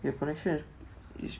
your connection is is